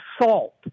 assault